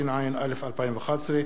התשע"א 2011,